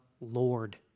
Lord